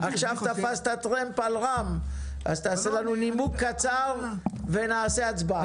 עכשיו תפסת טרמפ על רם שפע אז תן לנו נימוק קצר ונערוך הצבעה.